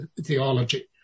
theology